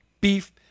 beef